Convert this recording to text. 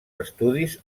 estudis